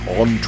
on